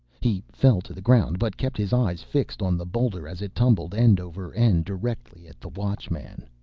he fell to the ground, but kept his eyes fixed on the boulder as it tumbled end over end, directly at the watchman.